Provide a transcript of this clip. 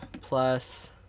plus